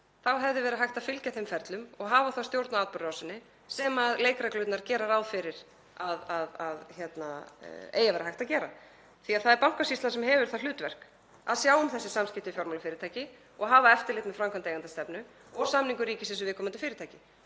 þá hefði verið hægt að fylgja þeim ferlum og hafa þá stjórn á atburðarásinni sem leikreglurnar gera ráð fyrir að hægt sé að gera, því að það er Bankasýslan sem hefur það hlutverk að sjá um þessi samskipti við fjármálafyrirtæki og hafa eftirlit með framkvæmd eigendastefnu og samningum ríkisins í viðkomandi fyrirtæki.